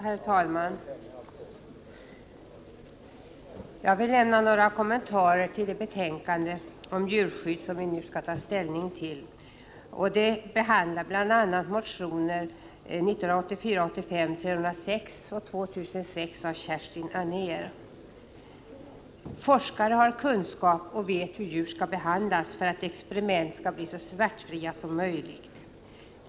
Herr talman! Jag vill lämna några kommentarer till det betänkande om djurskydd som vi nu skall ta ställning till och som bl.a. behandlar motionerna 1984/85:306 och 2006 av Kerstin Anér. Forskare har kunskap och vet hur djur skall behandlas för att experiment skall bli så smärtfria som möjligt.